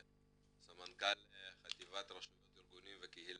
לסמנכ"ל חטיבת רשויות ארגונים וקהילה,